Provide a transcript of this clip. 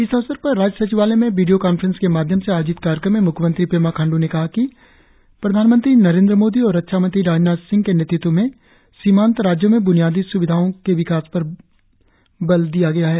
इस अवसर पर राज्य सचिवालय में वीडियो कांफ्रेस के माध्यम से आयोजित कार्यक्रम में म्ख्यमंत्री पेमा खाण्ड् ने कहा कि प्रधानमंत्री नरेंद्र मोदी और रक्षामंत्री राजनाथ सिंह के नेतृत्व में सीमांत राज्यों में बुनियादी स्विधाओं की विकास को बल मिला है